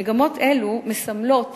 מגמות אלו מסמלות